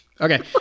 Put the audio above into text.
okay